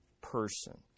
person